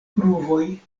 pruvoj